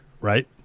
right